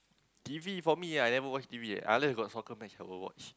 T_V for me I never watch T_V unless got soccer match I'll watch